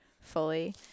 fully